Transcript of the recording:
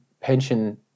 pension